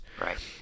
Right